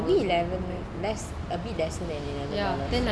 I think eleven less a bit lesser than eleven